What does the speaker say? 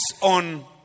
on